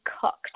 cooked